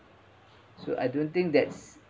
so I don't think that's